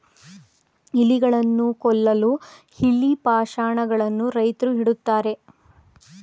ಇಲಿಗಳನ್ನು ಕೊಲ್ಲಲು ಇಲಿ ಪಾಷಾಣ ಗಳನ್ನು ರೈತ್ರು ಇಡುತ್ತಾರೆ